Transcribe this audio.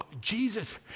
Jesus